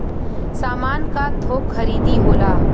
सामान क थोक खरीदी होला